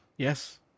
yes